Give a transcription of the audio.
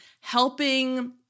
helping